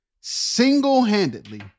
single-handedly